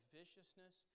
viciousness